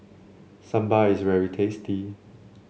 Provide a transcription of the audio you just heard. Sambar is very tasty